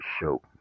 show